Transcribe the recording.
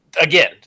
again